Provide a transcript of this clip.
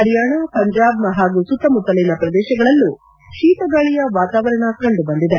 ಪರಿಯಾಣ ಪಂಜಾಬ್ ಪಾಗೂ ಸುತ್ತಮುತ್ತಲಿನ ಪ್ರದೇಶಗಳಲ್ಲೂ ಶೀತ ಗಾಳಿಯ ವಾತಾವರಣ ಕಂಡು ಬಂದಿದೆ